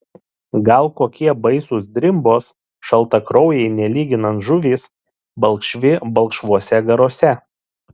gal kokie baisūs drimbos šaltakraujai nelyginant žuvys balkšvi balkšvuose garuose